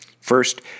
First